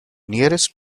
nearest